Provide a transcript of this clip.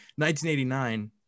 1989